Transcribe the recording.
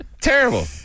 Terrible